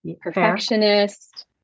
perfectionist